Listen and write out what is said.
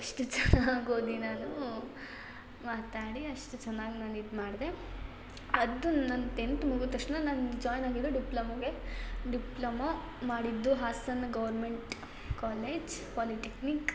ಅಷ್ಟು ಚೆನ್ನಾಗಿ ಓದಿ ನಾನೂ ಮಾತಾಡಿ ಅಷ್ಟು ಚೆನ್ನಾಗಿ ನಾನು ಇದು ಮಾಡಿದೆ ಅದು ನಾನು ಟೆನ್ತ್ ಮುಗಿದ್ ತಕ್ಷಣ ನಾನು ಜಾಯ್ನ್ ಆಗಿದ್ದು ಡಿಪ್ಲೊಮಗೆ ಡಿಪ್ಲೊಮೋ ಮಾಡಿದ್ದು ಹಾಸನ ಗೌರ್ಮೆಂಟ್ ಕಾಲೇಜ್ ಪಾಲಿಟೆಕ್ನಿಕ್